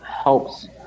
helps